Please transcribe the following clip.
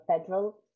Federal